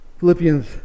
Philippians